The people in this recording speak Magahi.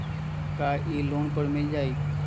का इ लोन पर मिल जाइ?